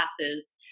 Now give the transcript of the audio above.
classes